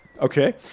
Okay